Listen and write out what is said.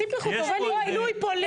ציפי חוטובלי היא מינוי פוליטי.